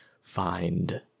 find